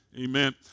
Amen